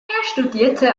studierte